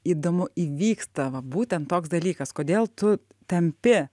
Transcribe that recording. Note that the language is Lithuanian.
įdomu įvyksta va būtent toks dalykas kodėl tu tampi